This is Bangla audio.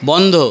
বন্ধ